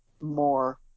more